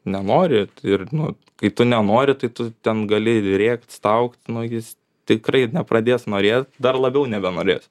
nenori ir nu kai tu nenori tai tu ten gali rėkt staugt nu jis tikrai ir nepradės norėt dar labiau nebenorės